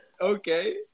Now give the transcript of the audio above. Okay